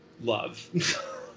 love